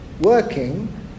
working